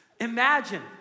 Imagine